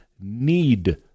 need